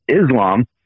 Islam